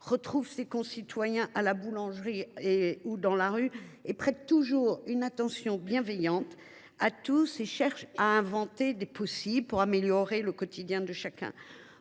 retrouve ses concitoyens à la boulangerie ou dans la rue, prête toujours une attention bienveillante à tous et cherche à inventer des possibles pour améliorer le quotidien de chacun.